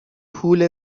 پول